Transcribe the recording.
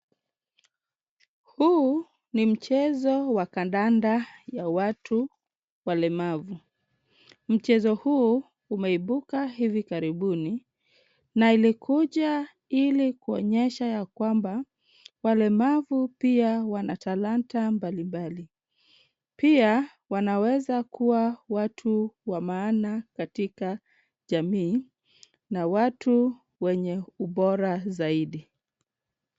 Huu ni mchezo wa kandanda ya watu walemavu. Mchezo huu umeibuka hivi karibuni, na ilikuja ili kuonyesha yakwamba walemavu pia Wana talanta mbalimbali. Pia wanaweza kuwa watu wa maana katika jamii na watu wenye ubora zaidi.